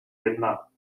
jedna